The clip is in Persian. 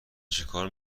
چکار